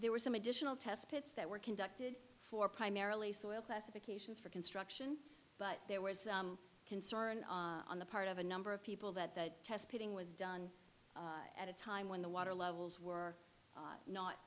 there were some additional test pits that were conducted for primarily soil classifications for construction but there was concern on the part of a number of people that the testing was done at a time when the water levels were